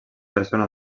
persona